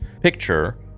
picture